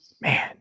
man